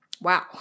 Wow